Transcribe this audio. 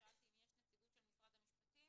שאלתי אם יש נציגות של משרד המשפטים